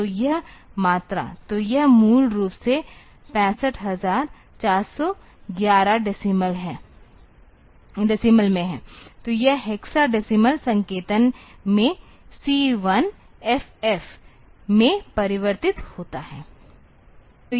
तो यह मात्रा तो यह मूल रूप से 65411 डेसीमल में है तो यह हेक्सा डेसीमल संकेतन में C1FF में परिवर्तित होता है